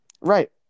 Right